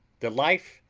the life,